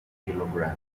kilograms